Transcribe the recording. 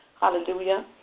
Hallelujah